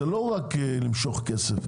זה לא רק למשוך כסף.